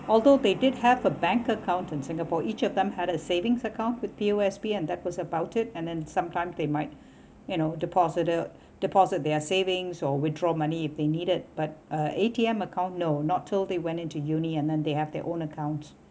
although they did have a bank account in singapore each of them had a savings account with P_O_S_B and that was about it and then sometimes they might you know deposited deposit their savings or withdraw money if they needed but uh A_T_M account no not till they went into uni and then they have their own account